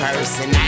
Person